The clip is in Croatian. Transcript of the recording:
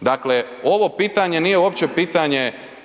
Dakle, ovo pitanje nije uopće pitanje